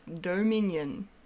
Dominion